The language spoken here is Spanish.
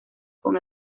con